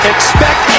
Expect